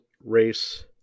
race